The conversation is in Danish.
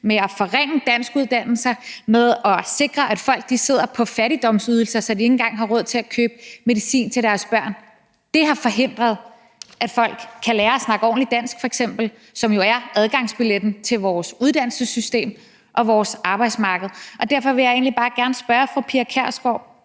ved at forringe danskuddannelser og ved at sikre, at folk sidder på fattigdomsydelser, så de ikke engang har råd til at købe medicin til deres børn, har forhindret, at folk f.eks. kan lære at snakke ordentligt dansk, som jo er adgangsbilletten til vores uddannelsessystem og vores arbejdsmarked. Derfor vil jeg egentlig bare gerne spørge fru Pia Kjærsgaard: